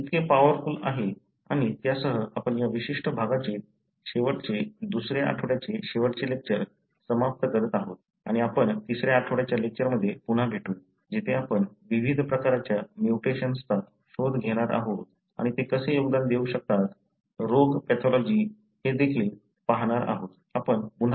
तर ते इतके पॉवरफुल आहे आणि त्यासह आपण या विशिष्ट भागाचे शेवटचे दुसऱ्या आठवड्याचे शेवटचे लेक्चर समाप्त करत आहोत आणि आपण तिसऱ्या आठवड्याच्या लेक्चर मध्ये पुन्हा भेटूया जिथे आपण विविध प्रकारच्या म्युटेशन्सचा शोध घेणार आहोत आणि ते कसे योगदान देऊ शकतात रोग पॅथॉलॉजी हे देखील पाहणार आहोत